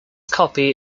copy